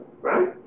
right